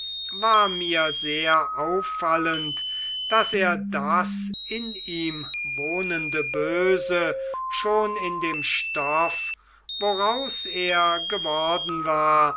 war mir sehr auffallend daß er das in ihm wohnende böse schon in dem stoff woraus er geworden war